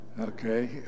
okay